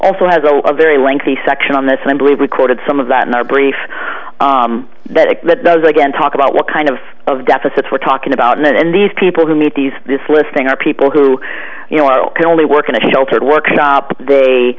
also has a very lengthy section on this and i believe recorded some of that in our brief that it does again talk about what kind of of deficits we're talking about and these people who meet these this listing are people who you know i can only work in a sheltered workshop they